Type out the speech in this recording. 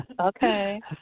Okay